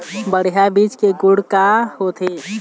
बढ़िया बीज के गुण का का होथे?